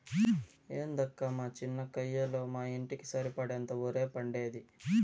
ఏందక్కా మా చిన్న కయ్యలో మా ఇంటికి సరిపడేంత ఒరే పండేది